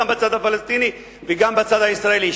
גם בצד הפלסטיני וגם בצד הישראלי,